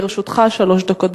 לרשותך שלוש דקות.